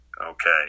okay